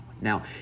Now